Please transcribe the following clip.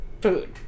food